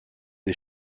des